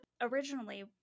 Originally